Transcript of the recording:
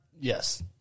Yes